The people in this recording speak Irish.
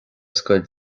scoil